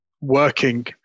working